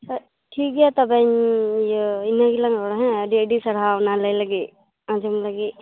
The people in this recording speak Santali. ᱟᱪᱪᱷᱟ ᱴᱷᱤᱠ ᱜᱮᱭᱟ ᱛᱚᱵᱮ ᱤᱭᱟᱹ ᱤᱱᱟᱹᱜᱮᱞᱟᱝ ᱨᱚᱲᱟ ᱦᱮᱸ ᱟᱹᱰᱤ ᱟᱹᱰᱤ ᱥᱟᱨᱦᱟᱣ ᱚᱱᱟ ᱞᱟᱹᱭ ᱞᱟᱹᱜᱤᱫ ᱟᱸᱡᱚᱢ ᱞᱟᱹᱜᱤᱫ